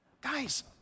Guys